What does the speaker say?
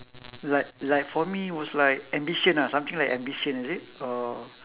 like like for me was like ambition ah something like ambition is it or